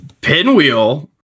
Pinwheel